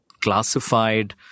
classified